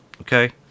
okay